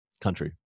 country